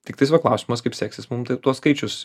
tiktais va klausimas kaip seksis mum ta tuos skaičius